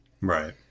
Right